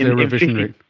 revisionary?